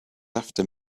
after